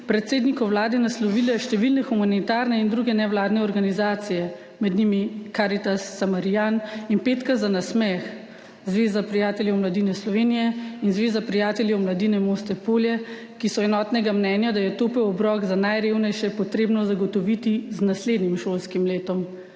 predsedniku Vlade naslovile številne humanitarne in druge nevladne organizacije, med njimi Karitas, Samarijan in Petka za nasmeh, Zveza prijateljev mladine Slovenije in Zveza prijateljev mladine Moste-Polje, ki so enotnega mnenja, da je topel obrok za najrevnejše potrebno zagotoviti z naslednjim šolskim letom.